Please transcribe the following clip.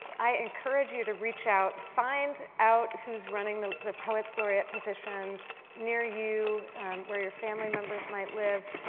i encourage you to reach out, find out who is running the the poets laureate positions near you where your family members might live,